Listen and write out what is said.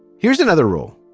here's another rule.